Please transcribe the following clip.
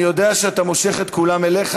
אני יודע שאתה מושך את כולם אליך,